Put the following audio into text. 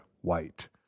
white